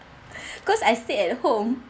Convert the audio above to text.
cause I stayed at home